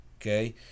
okay